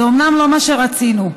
אומנם לא מה שרצינו,